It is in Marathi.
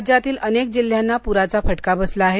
राज्यातील अनेक जिल्ह्यांना पुराचा फटका बसला आहे